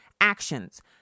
actions